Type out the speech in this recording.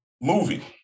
movie